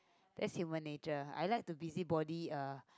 that's human nature I like to busybody uh